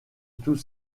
tous